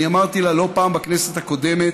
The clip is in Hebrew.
אני אמרתי לה בכנסת הקודמת,